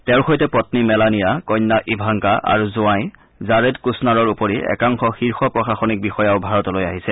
তেওঁৰ সৈতে পগ্নী মেলানিয়া কন্যা ইভাংকা আৰু জোৱাই জাৰেড কুছনাৰৰ উপৰি একাংশ শীৰ্ষ প্ৰশাসনিক বিষয়াও ভাৰতলৈ আহিছে